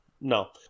no